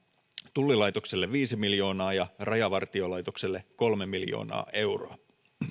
tullilaitokselle viisi miljoonaa ja rajavartiolaitokselle kolme miljoonaa euroa